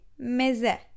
meze